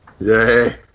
Yay